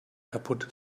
kaputt